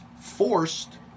forced